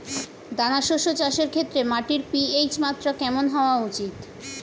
দানা শস্য চাষের ক্ষেত্রে মাটির পি.এইচ মাত্রা কেমন হওয়া উচিৎ?